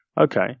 okay